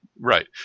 Right